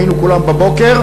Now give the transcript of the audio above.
היינו כולם בבוקר,